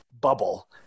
bubble